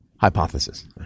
Hypothesis